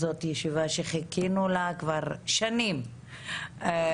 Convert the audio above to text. זאת ישיבה שחיכינו לה כבר שנים עד